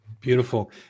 Beautiful